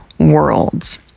worlds